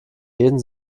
jeden